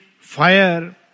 fire